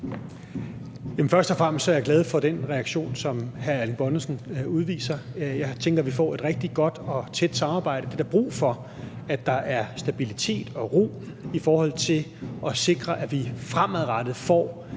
Først og fremmest er jeg glad for den reaktion, som hr. Erling Bonnesen udviser. Jeg tænker, vi får et rigtig godt og tæt samarbejde. For der er brug for, at der er stabilitet og ro i forhold til at sikre, at vi også fremadrettet får